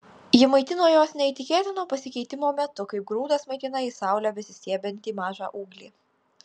ji maitino juos neįtikėtino pasikeitimo metu kaip grūdas maitina į saulę besistiebiantį mažą ūglį